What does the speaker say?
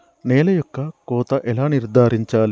నేల యొక్క కోత ఎలా నిర్ధారించాలి?